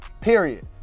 period